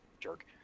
Jerk